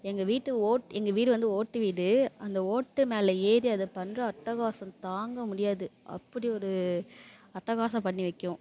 எங்கள் வீடு ஓட்டு எங்கள் வீடு வந்து ஓட்டு வீடு அந்த ஓட்டு மேலே ஏறி அது பண்ணுற அட்டகாசம் தாங்க முடியாது அப்படி ஒரு அட்டகாசம் பண்ணி வைக்கும்